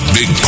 Big